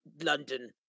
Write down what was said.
London